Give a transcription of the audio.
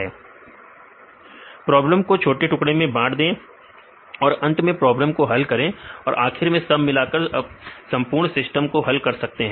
विद्यार्थी प्रॉब्लम को बांट दें हां प्रॉब्लम को छोटे टुकड़ों में बांट दें और अंत में प्रॉब्लम को हल करें और आखिर में सब मिलाकर आप संपूर्ण सिस्टम को हल कर सकते हैं